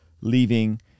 leaving